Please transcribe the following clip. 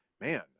man